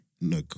No